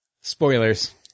Spoilers